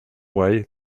way